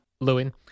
Lewin